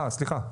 סליחה,